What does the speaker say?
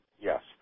Yes